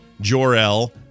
Jor-El